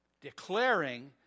declaring